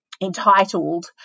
entitled